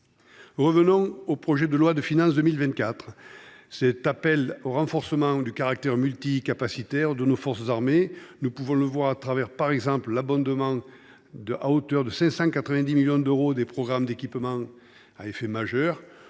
Revenons au projet de loi de finances pour 2024. Cet appel au renforcement du caractère multicapacitaire de nos forces armées est illustré, par exemple, par l’abondement à hauteur de 590 millions d’euros des programmes d’équipement à effet majeur.